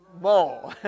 more